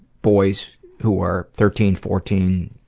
boys who are thirteen, fourteen,